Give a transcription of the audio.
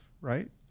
right